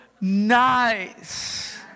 nice